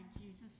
jesus